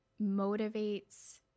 motivates